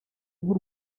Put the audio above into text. nk’u